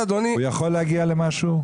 הוא יכול להגיע למשהו?